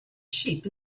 sheep